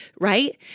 right